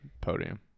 podium